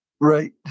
Right